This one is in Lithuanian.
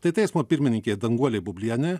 tai teismo pirmininkė danguolė bublienė